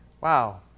wow